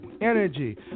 energy